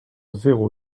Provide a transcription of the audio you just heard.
zéro